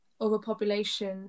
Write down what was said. overpopulation